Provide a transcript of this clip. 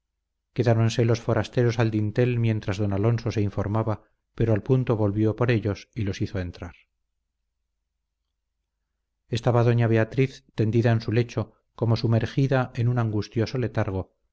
quedáronse los forasteros al dintel mientras don alonso se informaba pero al punto volvió por ellos y los hizo entrar estaba doña beatriz tendida en su lecho como sumergida en un angustioso letargo